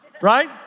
right